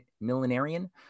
millenarian